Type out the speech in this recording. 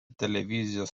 televizijos